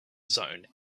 zone